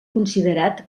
considerat